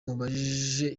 umubajije